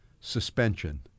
Suspension